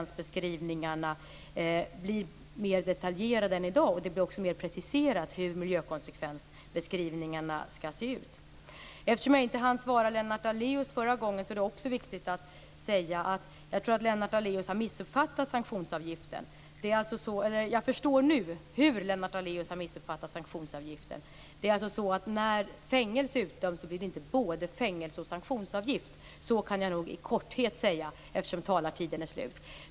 Dessa blir också mer detaljerade än i dag, och det blir mer preciserat hur de skall se ut. Eftersom jag inte hann svara Lennart Daléus förra gången vill jag också säga att jag tror att Lennart Daléus har missuppfattat sanktionsavgiften. Eller rättare sagt: Jag förstår nu hur Lennart Daléus har missuppfattat sanktionsavgiften. Det är alltså så att när fängelse utdöms blir det inte både fängelse och sanktionsavgift - så kan jag i korthet säga, eftersom taletiden är slut.